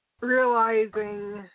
realizing